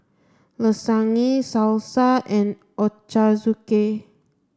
Lasagne Salsa and Ochazuke